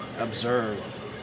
observe